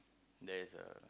there is a